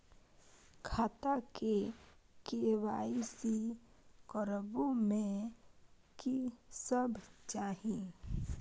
खाता के के.वाई.सी करबै में की सब चाही?